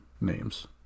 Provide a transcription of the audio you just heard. names